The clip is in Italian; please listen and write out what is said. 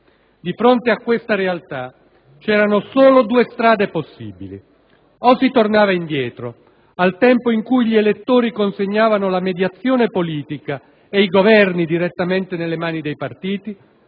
Di fronte a questa realtà c'erano solo due strade possibili: o si tornava indietro, al tempo in cui gli elettori consegnavano la mediazione politica e i Governi direttamente nelle mani dei partiti